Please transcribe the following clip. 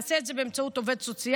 הוא יעשה את זה באמצעות עובד סוציאלי.